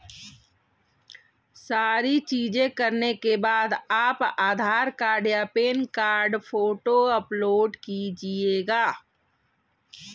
सारी चीजें करने के बाद आप आधार कार्ड या पैन कार्ड फोटो अपलोड कीजिएगा